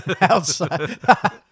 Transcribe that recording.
Outside